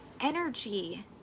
energy